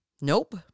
Nope